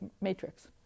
matrix